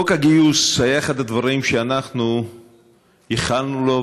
חוק הגיוס היה אחד הדברים שאנחנו ייחלנו להם,